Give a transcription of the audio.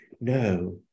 No